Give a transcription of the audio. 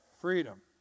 Freedom